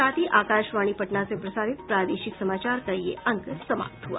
इसके साथ ही आकाशवाणी पटना से प्रसारित प्रादेशिक समाचार का ये अंक समाप्त हुआ